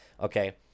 Okay